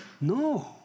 No